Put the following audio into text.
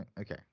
Okay